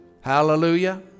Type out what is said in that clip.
Hallelujah